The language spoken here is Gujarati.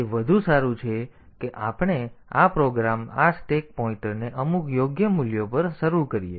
તેથી તે વધુ સારું છે કે આપણે આ પ્રોગ્રામ આ સ્ટેક પોઇન્ટરને અમુક યોગ્ય મૂલ્યો પર શરૂ કરીએ